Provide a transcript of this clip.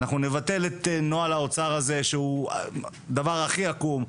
נבטל את נוהל האוצר הזה שהוא דבר עקום,